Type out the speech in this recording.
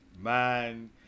Man